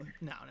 no